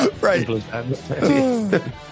right